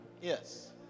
Yes